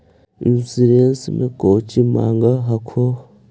Insurance मे कौची माँग हको?